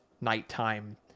nighttime